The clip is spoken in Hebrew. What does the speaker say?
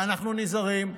ואנחנו נזהרים,